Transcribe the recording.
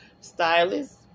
stylists